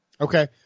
Okay